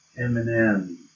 Eminem